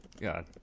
god